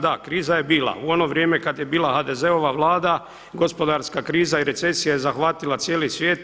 Da, kriza je bila u ono vrijeme kada je bila HDZ-ova Vlada gospodarska kriza i recesija je zahvatila cijeli svijet.